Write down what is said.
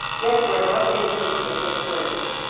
yet were not they moved with his words,